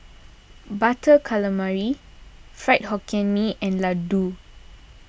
Butter Calamari Fried Hokkien Mee and Laddu